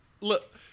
look